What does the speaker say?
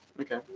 okay